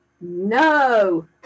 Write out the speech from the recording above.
No